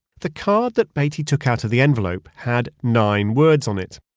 the card that beatty took out of the envelope had nine words on it,